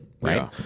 right